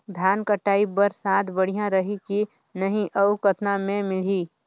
धान कटाई बर साथ बढ़िया रही की नहीं अउ कतना मे मिलही?